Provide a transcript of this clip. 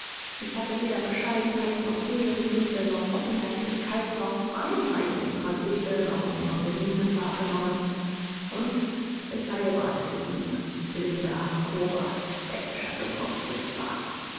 ich hatte weder bescheidenheit noch seelengüte noch offenherzigkeit noch reinheit in ihrer seele noch in ihrem benehmen wahrgenommen und ich heiratete sie blinder grober täppischer dummkopf der ich war